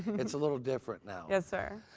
it's a little different now. yes, sir.